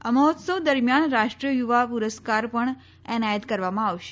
આ મહોત્સવ દરમિયાન રાષ્ટ્રીય યુવા પુરસ્કાર પણ એનાયત કરવામાં આવશે